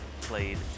played